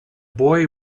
boy